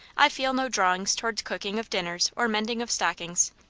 i feel no drawings toward cooking of dinners or mending of stockings.